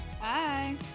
bye